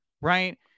Right